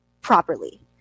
properly